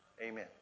Amen